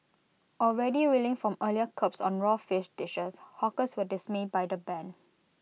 already reeling from earlier curbs on raw fish dishes hawkers were dismayed by the ban